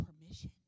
permission